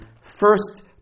first